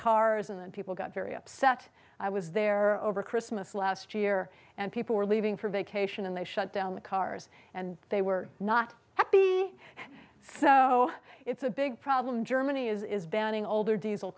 cars and people got very upset i was there over christmas last year and people were leaving for vacation and they shut down the cars and they were not happy so it's a big problem in germany is banning older diesel